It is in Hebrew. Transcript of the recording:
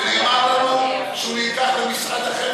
ונאמר לנו שהוא נלקח למשרד אחר,